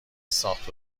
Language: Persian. ساخت